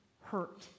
hurt